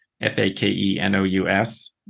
F-A-K-E-N-O-U-S